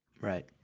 Right